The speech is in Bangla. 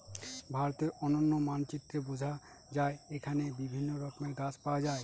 ভারতের অনন্য মানচিত্রে বোঝা যায় এখানে বিভিন্ন রকমের গাছ পাওয়া যায়